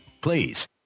Please